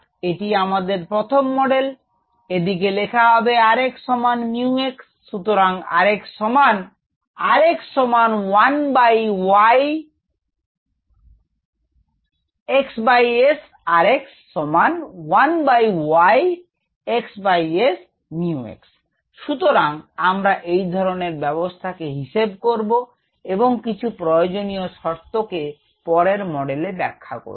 এটি আমাদের প্রথম মডেল এদিকে লেখা হবে r x সমান 𝜇 x সুতরাং r s সমান সুতরাং আমরা এই ধরণের ব্যবস্থাকে হিসাব করব এবং কিছু প্রয়োজনীয় শর্ত কে পরের মডেলে ব্যাখ্যা করব